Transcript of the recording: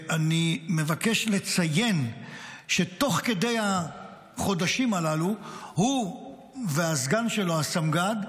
אני מבקש לציין שתוך כדי החודשים הללו הוא והסגן שלו הסמג"ד,